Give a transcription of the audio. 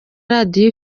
radiyo